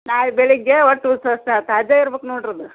ನಾಳೆ ಬೆಳಗ್ಗೆ ಒಟ್ಟು ತಾಜಾ ಇರ್ಬೇಕ್ ನೋಡ್ರಿ ಅದು